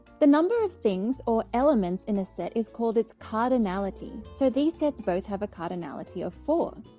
the number of things or elements in a set is called its cardinality, so these sets both have a cardinality of four.